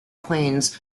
planes